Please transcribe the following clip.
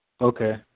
Okay